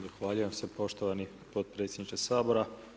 Zahvaljujem se poštovani potpredsjedniče Sabora.